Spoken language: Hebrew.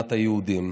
מדינת היהודים.